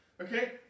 Okay